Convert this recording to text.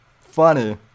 funny